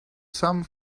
some